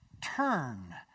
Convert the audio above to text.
Turn